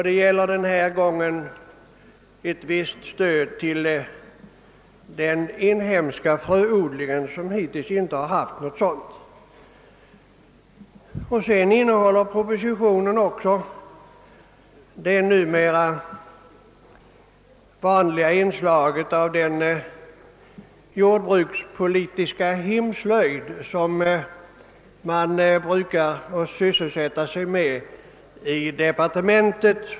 Det gäller den här gången ett visst stöd till den inhemska fröodlingen, som hittills inte haft något sådant. Propositionen innehåller också det numera vanliga inslaget av den jordbrukspolitiska hemslöjd, som man numera brukar sysselsätta sig med i departementet.